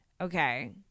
okay